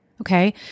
Okay